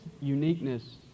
uniqueness